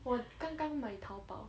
我刚刚买淘宝